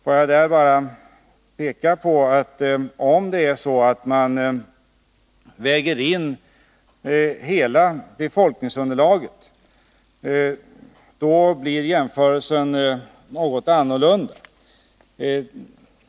Får jag där bara peka på att om man väger in hela befolkningsunderlaget blir jämförelsen något annorlunda.